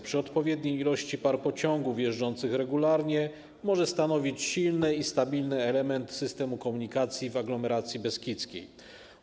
Przy odpowiedniej liczbie par pociągów jeżdżących regularnie może stanowić silny i stabilny element systemu komunikacji w aglomeracji beskidzkiej.